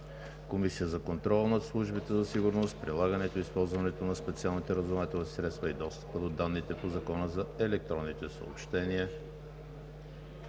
Комисия за контрол над службите за сигурност, прилагането и използването на специалните разузнавателни средства и достъпа до данните по Закона за електронните съобщения